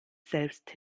selbst